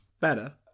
better